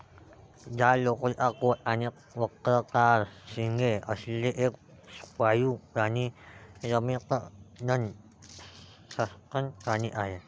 जाड लोकरीचा कोट आणि वक्राकार शिंगे असलेला एक पाळीव प्राणी रमिनंट सस्तन प्राणी आहे